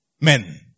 men